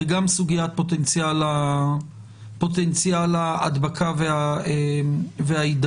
וגם סוגיית פוטנציאל ההדבקה וההידבקות.